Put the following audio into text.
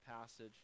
passage